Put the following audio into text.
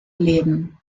leben